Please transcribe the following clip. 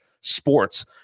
sports